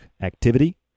activity